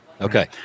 Okay